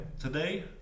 Today